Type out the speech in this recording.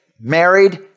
married